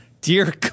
dear